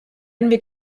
werden